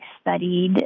studied